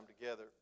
together